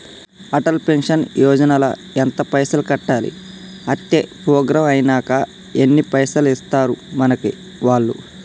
Atal pension యోజన ల ఎంత పైసల్ కట్టాలి? అత్తే ప్రోగ్రాం ఐనాక ఎన్ని పైసల్ ఇస్తరు మనకి వాళ్లు?